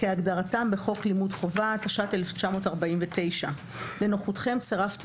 כהגדרתם בחוק לימוד חובה," התש"ט 1949‏ לנוחיותכם צרפתי